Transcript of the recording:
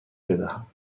بدهم